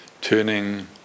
turning